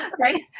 Right